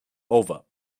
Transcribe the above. over